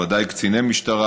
ודאי קציני משטרה,